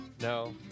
No